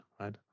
right